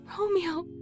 Romeo